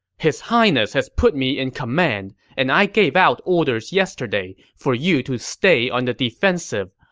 his highness has put me in command, and i gave out orders yesterday for you to stay on the defensive.